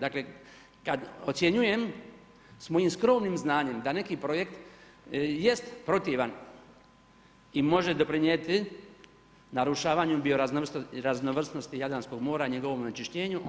Dakle, kad ocjenjujem s mojim skromnim znanjem da neki projekt jest protivan i može doprinijeti narušavanju bioraznovrsnosti Jadranskog mora i njegovom onečišćenju,